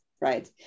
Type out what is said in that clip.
right